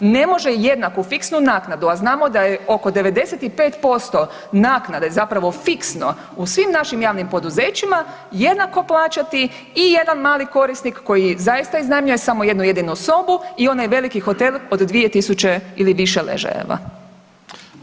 Ne može jednaku fiksnu naknadu, a znamo da je oko 95% naknade zapravo fiksno u svim našim javnim poduzećima, jednako plaćati i jedan mali korisnik koji zaista iznajmljuje samo jednu jedinu sobu i onaj veliki hotel od 2000 ili više ležajeva.